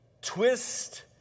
twist